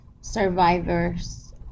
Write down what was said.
survivors